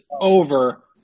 over